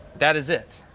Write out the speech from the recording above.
that is it.